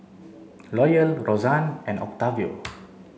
Loyal Rozanne and Octavio